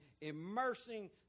immersing